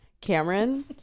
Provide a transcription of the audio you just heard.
Cameron